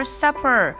supper